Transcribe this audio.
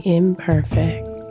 imperfect